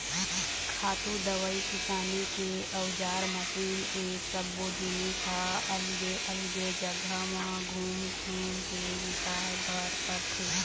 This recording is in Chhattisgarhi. खातू, दवई, किसानी के अउजार, मसीन ए सब्बो जिनिस ह अलगे अलगे जघा म घूम घूम के बिसाए बर परथे